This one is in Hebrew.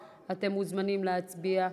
אתם מוזמנים להצביע.